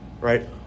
right